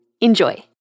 Enjoy